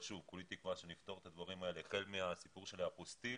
כולי תקווה שנפתור את הדברים האלה החל מהסיפור של האפוסטיל